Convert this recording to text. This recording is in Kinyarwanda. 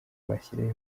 bashyiraho